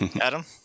adam